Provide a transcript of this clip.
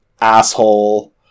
asshole